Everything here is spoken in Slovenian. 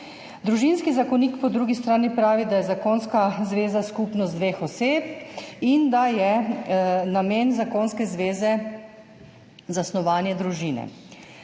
Družinski zakonik po drugi strani pravi, da je zakonska zveza skupnost dveh oseb in da je namen zakonske zveze zasnovanje družine.